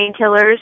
painkillers